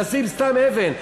לשים סתם אבן,